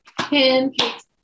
Pancakes